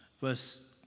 verse